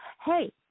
hey